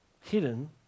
hidden